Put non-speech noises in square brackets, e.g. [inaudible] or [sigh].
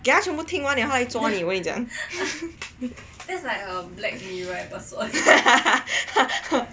给他全部听完了他来抓你我跟你讲 [laughs]